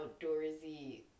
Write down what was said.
outdoorsy